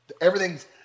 everything's